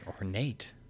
ornate